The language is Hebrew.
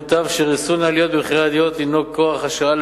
מובן שריסון העליות במחירי הדיור הינו כורח השעה,